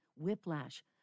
whiplash